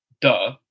duh